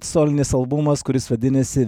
solinis albumas kuris vadinasi